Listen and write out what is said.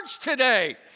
today